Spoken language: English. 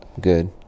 Good